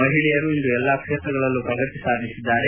ಮಹಿಳೆಯರು ಇಂದು ಎಲ್ಲಾ ಕ್ಷೇತ್ರಗಳಲ್ಲೂ ಪ್ರಗತಿ ಸಾಧಿಸಿದ್ದಾರೆ